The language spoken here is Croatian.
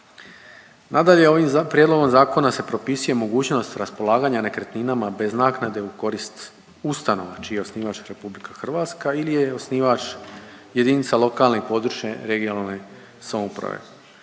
Nadalje, ovim prijedlogom zakona se propisuje mogućnost raspolaganja nekretninama bez naknade u korist ustanova, čiji je osnivač RH ili je osnivač jedinica lokalne i područne regionalne samouprave.